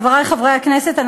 חברי חברי הכנסת,